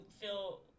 feel